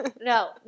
No